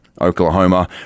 oklahoma